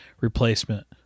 replacement